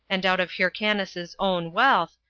and out of hyrcanus's own wealth,